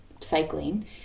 cycling